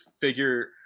figure